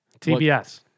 TBS